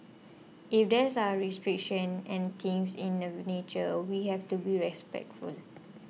if there is a restrictions and things in the nature we have to be respectful it